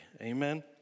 Amen